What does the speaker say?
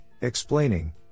explaining